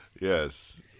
Yes